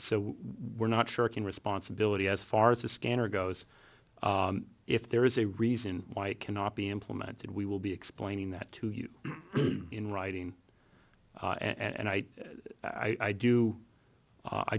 so we're not shirking responsibility as far as the scanner goes if there is a reason why it cannot be implemented we will be explaining that to you in writing and i i do